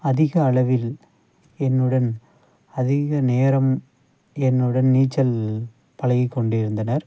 அதிக அளவில் என்னுடன் அதிக நேரம் என்னுடன் நீச்சல் பழகிக் கொண்டிருந்தனர்